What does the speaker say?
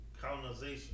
Colonization